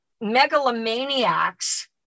megalomaniacs